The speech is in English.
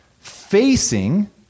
facing